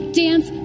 dance